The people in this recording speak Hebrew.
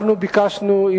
אנחנו ביקשנו,